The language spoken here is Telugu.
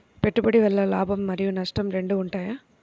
పెట్టుబడి వల్ల లాభం మరియు నష్టం రెండు ఉంటాయా?